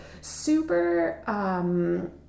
super